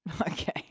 Okay